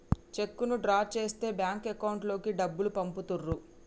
చెక్కును డ్రా చేస్తే bank account లోకి డబ్బులు పంపుతుర్రు